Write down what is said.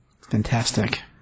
Fantastic